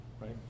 right